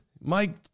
Mike